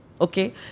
okay